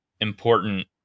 important